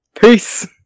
peace